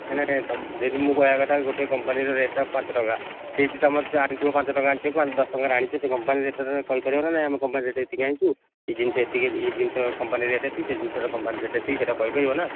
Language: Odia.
ନାଇଁ ନାଇଁ ଯେମିତି ମୁଁ କହିବା କଥା ଯେ ଗୋଟେ କମ୍ପାନୀର ରେଟ୍ଟା ପାଞ୍ଚ ଟଙ୍କା ସେଇଠି ତୁମେ ତ ଜାଣିଥିବ ପାଞ୍ଚ ଟଙ୍କାରେ ଆଣିଛ କି ଦଶ ଟଙ୍କାରେ ଆଣିଛ କମ୍ପାନୀ ରେଟ୍ଟା କହିପାରିବ ନା ନାଇଁ ଆମେ କମ୍ପାନୀରୁ ଏତିକି ରେଟ୍ରେ ଆଣିଛୁ ଏହି ଜିନିଷ ଏହି ଜିନିଷ କମ୍ପାନୀ ରେଟ୍ ଏତିକି ସେ ଜିନିଷର କମ୍ପାନୀ ରେଟ୍ ଏତିକି ସେଇଟା କହିପାରିବ ନା